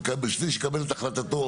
בשביל שיקבל את החלטתו,